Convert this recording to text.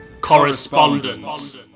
Correspondence